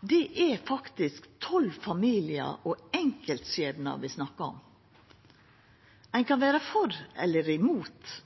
Det er faktisk tolv familiar og enkeltskjebnar vi snakkar om. Ein kan vera for eller imot